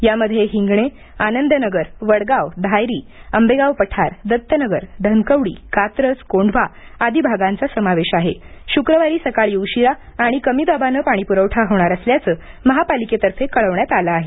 यामध्ये हिंगणे आनंद नगर वडगाव धायरी आंबेगाव पठार दत्तनगर धनकवडी कात्रज कोंढवा आदी भागांचा समावेश आहे शुक्रवारी सकाळी उशीरा आणि कमी दाबाने पाणीपुरवठा होणार असल्याचे महापालिकेतर्फे कळविण्यात आले आहे